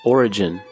Origin